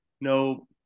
no